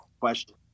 question